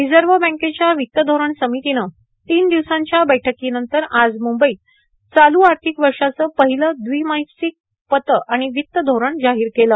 reserve बँकेच्या वित्त धोरण समितीनं तीन दिवसांच्या बैठ्कीनंतर आज मुंबईत चालू आर्थिक वर्षाचं पहिलं द्विमासिक पतं आणि वित्त धोरण जाहीर केलं